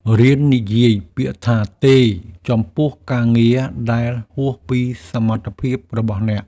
រៀននិយាយពាក្យថា "ទេ" ចំពោះការងារដែលហួសពីសមត្ថភាពរបស់អ្នក។